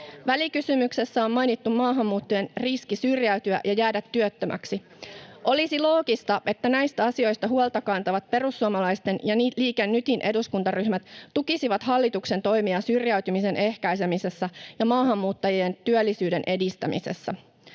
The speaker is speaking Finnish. Välikysymyksessä on mainittu maahanmuuttajien riski syrjäytyä ja jäädä työttömäksi. Olisi loogista, että näistä asioista huolta kantavat perussuomalaisten ja Liike Nytin eduskuntaryhmät tukisivat hallituksen toimia syrjäytymisen ehkäisemisessä ja maahanmuuttajien työllisyyden edistämisessä,